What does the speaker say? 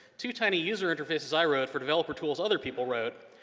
two tiny user interfaces i wrote for developer tools other people wrote.